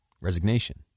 resignation